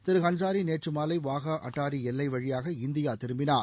திரு ஹன்சாரி நேற்று மாலை வாகா அட்டாரி எல்லை வழியாக இந்தியா திரும்பினார்